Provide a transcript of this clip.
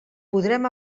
podrem